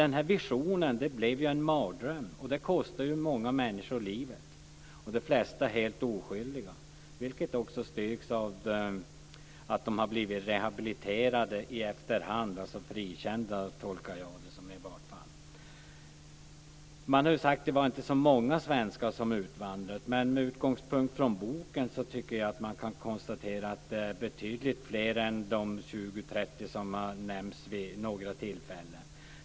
Den här visionen blev en mardröm, och det kostade många människor livet - de flesta helt oskyldiga, vilket också styrks av att de har blivit rehabiliterade i efterhand, alltså frikända, som jag tolkar det. Det har sagts att det inte var så många svenskar som utvandrade, men med utgångspunkt från boken kan man konstatera att det var betydligt fler än de 20 30 som har nämnts vid några tillfällen.